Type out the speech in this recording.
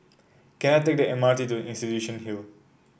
can I take the M R T to Institution Hill